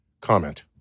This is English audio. comment